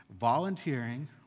volunteering